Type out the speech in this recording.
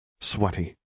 sweaty